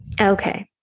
Okay